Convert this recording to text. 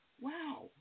Wow